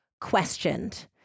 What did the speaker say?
questioned